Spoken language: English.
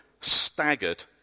staggered